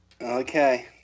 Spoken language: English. Okay